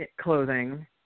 clothing